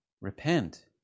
Repent